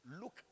look